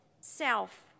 self